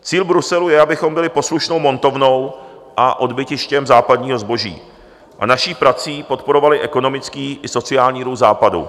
Cíl Bruselu je, abychom byli poslušnou montovnou a odbytištěm západního zboží a naší prací podporovali ekonomický i sociální růst Západu.